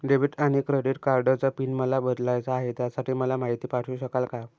Debit आणि credit कार्डचा pin मला बदलायचा आहे, त्यासाठी मला माहिती पाठवू शकाल का?